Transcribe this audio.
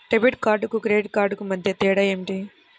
Debit కార్డుకు credit కార్డుకు మధ్య తేడా ఏమిటీ?